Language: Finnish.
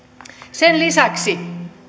sen lisäksi